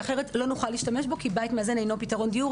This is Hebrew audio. אחרת לא נוכל להשתמש בו כי בית מאזן אינו פתרון דיור.